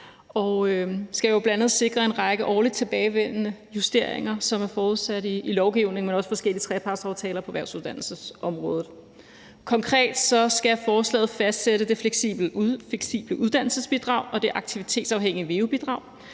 og skal bl.a. sikre en række årligt tilbagevendende justeringer, som er forudsat i lovgivningen, men også i forskellige trepartsaftaler på erhvervsuddannelsesområdet. Konkret skal forslaget fastsætte det fleksible uddannelsesbidrag og det aktivitetsafhængige veu-bidrag,